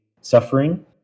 suffering